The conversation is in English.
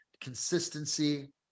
consistency